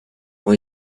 for